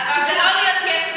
אבל זה לא להיות יס-מן,